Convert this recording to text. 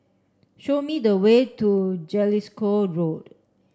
show me the way to Jellicoe Road